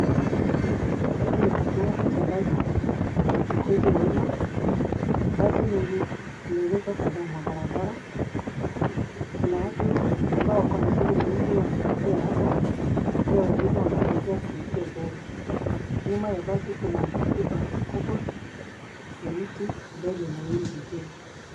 Hiki ni kituo cha basi za uchukuzi wa umma. Basi mingi imeegeshwa kando mwa barabara. Kuna watu ambao wako na shughuli mingi wanapitia hapo. Pia wengine wanangojea kuingia gari. Nyuma ya basi kuna jumba kubwa na miti ambayo imenawiri vizuri.